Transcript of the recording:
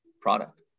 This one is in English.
product